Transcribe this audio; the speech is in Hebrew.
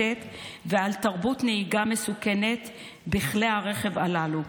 ועל תרבות נהיגה מסוכנת בכלי הרכב הללו.